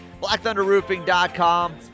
Blackthunderroofing.com